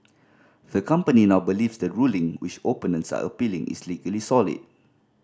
the company now believes the ruling which opponents are appealing is legally solid